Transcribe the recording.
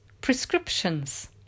prescriptions